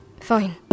fine